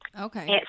okay